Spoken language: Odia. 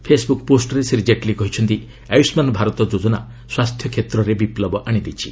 ଫେସବୁକ୍ ପୋଷ୍ଟରେ ଶ୍ରୀ ଜେଟଲୀ କହିଛନ୍ତି ଆୟୁଷ୍କାନ ଭାରତ ଯୋଜନା ସ୍ୱାସ୍ଥ୍ୟକ୍ଷେତ୍ରରେ ବିପୁବ ଆଶିଦେଇଛି